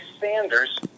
Sanders